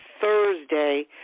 Thursday